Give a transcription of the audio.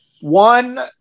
one